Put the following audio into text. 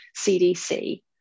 CDC